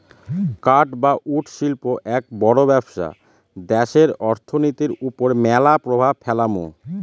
কাঠ বা উড শিল্প এক বড় ব্যবসা দ্যাশের অর্থনীতির ওপর ম্যালা প্রভাব ফেলামু